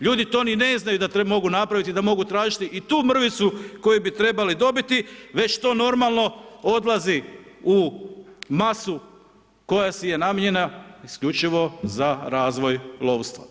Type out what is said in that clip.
Ljudi to ni ne znaju da mogu napraviti i da mogu tražiti i tu mrvicu koju bi trebali dobiti, već to normalno odlazi u masu koja si je namijenjena isključivo za razvoj lovstva.